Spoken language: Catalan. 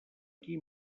quin